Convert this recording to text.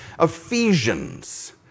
Ephesians